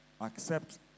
Accept